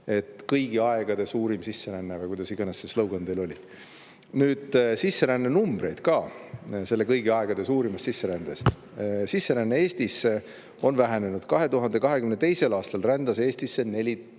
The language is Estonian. ole] kõigi aegade suurim sisseränne või kuidas iganes seesloganteil oli. Nüüd numbreid ka selle kõigi aegade suurimast sisserändest. Sisseränne Eestisse on vähenenud. 2022. aastal rändas Eestisse 49